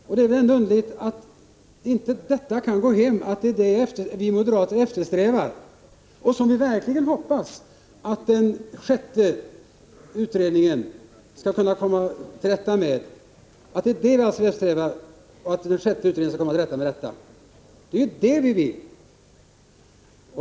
Det är väl ändå underligt att det inte går hem att det är det vi moderater eftersträvar. Vi hoppas verkligen att den sjätte pressutredningen skall kunna komma till rätta med detta — det är det vi vill.